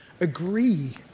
agree